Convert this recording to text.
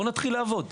בואו נתחיל לעבוד.